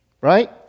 right